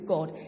God